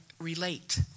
relate